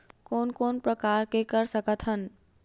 कोन कोन प्रकार के कर सकथ हन?